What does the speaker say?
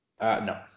No